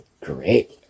great